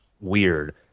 weird